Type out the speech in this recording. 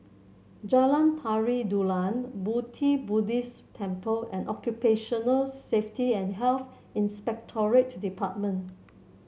Jalan Tari Dulang Pu Ti Buddhist Temple and Occupational Safety and Health Inspectorate Department